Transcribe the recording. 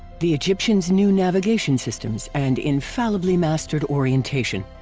the egyptians knew navigation systems and infallibly mastered orientation.